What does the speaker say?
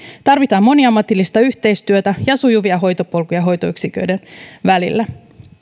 tarvitaan moniammatillista yhteistyötä ja sujuvia hoitopolkuja hoitoyksiköiden välillä